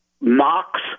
mocks